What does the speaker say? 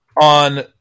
on